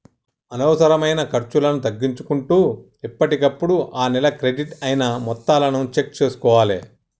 అనవసరమైన ఖర్చులను తగ్గించుకుంటూ ఎప్పటికప్పుడు ఆ నెల క్రెడిట్ అయిన మొత్తాలను చెక్ చేసుకోవాలే